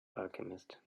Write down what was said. alchemist